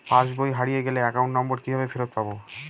পাসবই হারিয়ে গেলে account number কিভাবে ফেরত পাব?